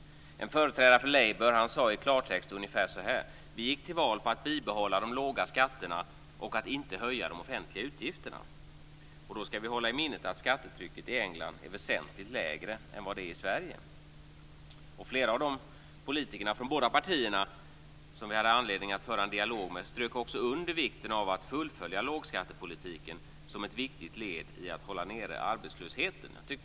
En företrädare för Labour sade i klartext ungefär så här: Vi gick till val på att bibehålla de låga skatterna och att inte höja de offentliga utgifterna. Då ska vi hålla i minnet att skattetrycket i England är väsentligt lägre än vad det är i Sverige. Flera av politikerna från båda partierna som vi hade anledning att föra en dialog med strök också under vikten av att fullfölja lågskattepolitiken som ett viktigt led i att hålla nere arbetslösheten.